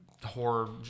Horror